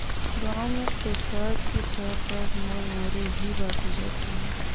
गांव में प्रसाद के साथ साथ मुरमुरे ही बाटी जाती है